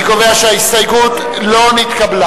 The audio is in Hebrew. אני קובע שההסתייגות לא נתקבלה.